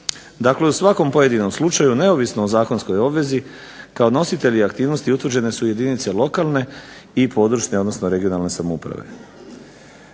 Dakle, u svakom pojedinom slučaju neovisno o zakonskoj obvezi kao nositelji aktivnosti utvrđene su jedinice lokalne i područne (regionalne) samouprave.